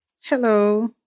Hello